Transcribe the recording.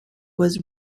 was